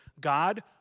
God